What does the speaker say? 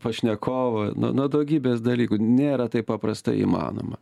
pašnekovo nuo nuo daugybės dalykų nėra taip paprasta įmanoma